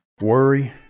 Worry